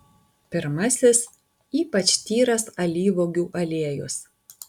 pirmasis ypač tyras alyvuogių aliejus